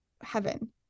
heaven